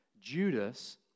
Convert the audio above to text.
Judas